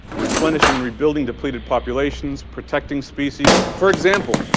replenishing and rebuilding depleted population, protecting species. for example,